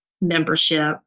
membership